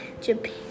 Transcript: japan